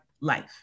life